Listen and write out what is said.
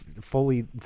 Fully